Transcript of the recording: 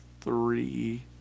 three